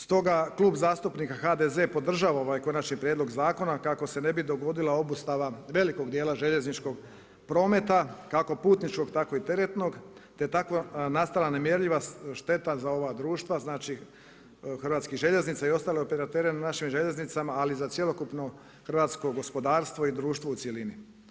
Stoga, Klub zastupnika HDZ-a, podržava ovaj konačni prijedlog zakona kako se ne bi dogodila obustava velikog dijela željezničkog prometa, kako putničkog tako i teretnog, te tako nastala nemjerljiva šteta za ova društva… znači Hrvatskih željeznica i ostale operatere na našim željeznicama, ali i za cjelokupno hrvatsko gospodarstvo i društvo u cjelini.